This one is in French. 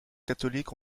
catholiques